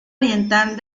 oriental